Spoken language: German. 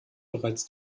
bereits